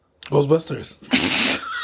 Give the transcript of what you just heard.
Ghostbusters